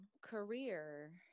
career